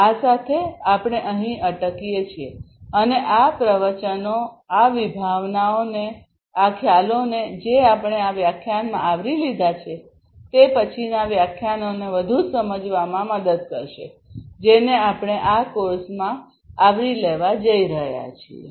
આ સાથે આપણે અહીં અટકીએ છીએ અને આ પ્રવચનો આ વિભાવનાઓને ખ્યાલોને જે આપણે આ વ્યાખ્યાનમાં આવરી લીધા છે તે પછીના વ્યાખ્યાનોને વધુ સમજવામાં મદદ કરશે જેને આપણે આ કોર્સમાં આવરી લેવા જઈ રહ્યા છીએ